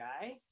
guy